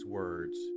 words